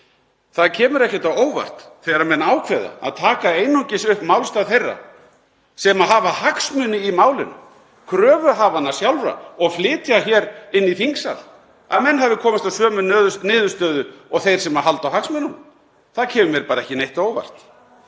Það kemur ekkert á óvart þegar menn ákveða að taka einungis upp málstað þeirra sem hafa hagsmuni í málinu, kröfuhafanna sjálfra, og flytja hér inni í þingsal að menn hafi komist að sömu niðurstöðu og þeir sem halda á hagsmunum. Það kemur mér bara ekki neitt á óvart.